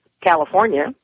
California